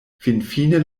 finfine